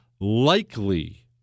likely